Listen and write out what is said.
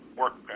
work